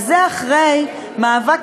וזה אחרי מאבק,